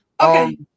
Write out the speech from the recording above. Okay